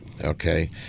okay